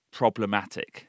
problematic